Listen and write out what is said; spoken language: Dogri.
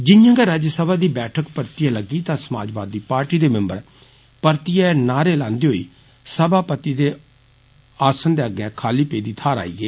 जियांगै राज्यसभा दी बैठक परतिये लग्गी तां समाजवादी पॉर्टी दे मिम्बर परतियै नारे लान्दे होई सभापति हुन्दे आसन अग्गें पेदी खाली थाहर आई गे